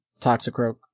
Toxicroak